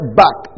back